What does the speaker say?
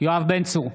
יואב בן צור,